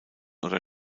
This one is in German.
oder